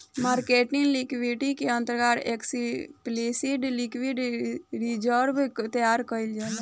marketing liquidity के अंतर्गत explicit liquidity reserve तैयार कईल जाता